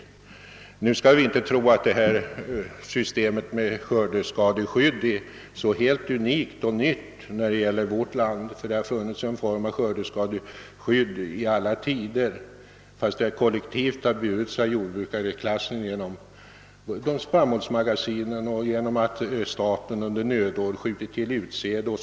Systemet med skördeskadeskydd är inte helt unikt och nytt i vårt land — det har funnits en form av skördeskadeskydd i alla tider, fastän jordbrukarklassen kollektivt har svarat för det genom spannmålsmagasin, genom att staten under nödår har skjutit till utsäde etc.